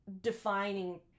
defining